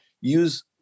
use